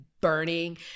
burning